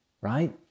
right